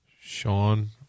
Sean